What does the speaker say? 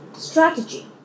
strategy